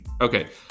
Okay